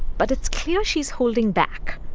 but it's clear she's holding back.